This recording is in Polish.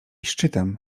szczytem